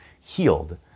healed